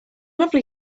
lovely